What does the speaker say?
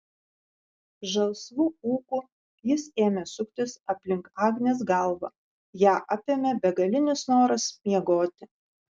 žalsvu ūku jis ėmė suktis aplink agnės galvą ją apėmė begalinis noras miegoti